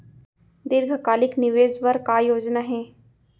दीर्घकालिक निवेश बर का योजना हे?